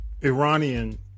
Iranian